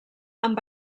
amb